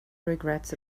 regrets